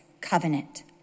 covenant